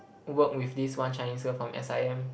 work with this one Chinese girl from S_I_M